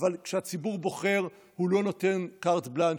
אבל כשהציבור בוחר הוא לא נותן carte blanche,